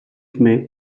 may